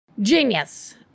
Genius